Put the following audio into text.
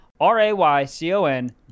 R-A-Y-C-O-N